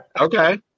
Okay